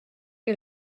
que